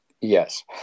yes